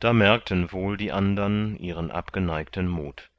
da merkten wohl die andern ihren abgeneigten mut